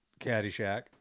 Caddyshack